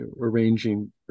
arranging